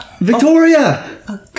Victoria